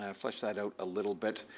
ah flesh that out a little bit.